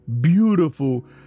beautiful